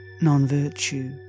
non-virtue